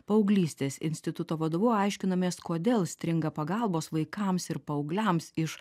paauglystės instituto vadovu aiškinamės kodėl stringa pagalbos vaikams ir paaugliams iš